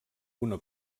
una